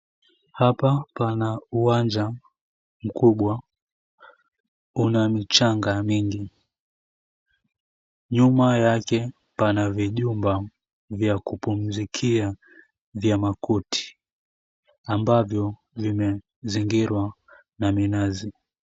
Hapa pana uwanja mkubwa una michanga mingi myuma yake kuna vijumba vya kupumuzikia vya makuti ambavyo vimezingirwa na minazi.